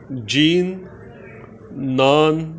gene none